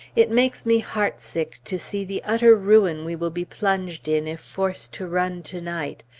it makes me heartsick to see the utter ruin we will be plunged in if forced to run to-night.